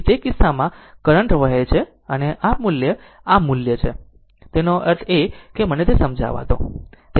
તેથી તે કિસ્સામાં કરંટ વહે છે અને આ મૂલ્ય આ મૂલ્ય આ મૂલ્ય છે તેનો અર્થ એ કે મને તે સમજાવા દો